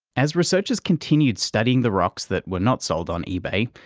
as researchers continued studying the rocks that were not sold on ebay,